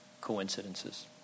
coincidences